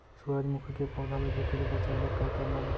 सूरजमुखी के पौधा ला झुके ले बचाए बर का करना हे?